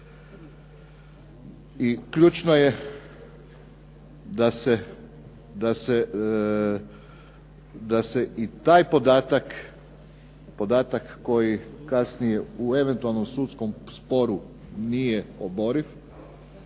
i ključno je da se i taj podatak koji kasnije u eventualnom sudskom sporu nije oboriv,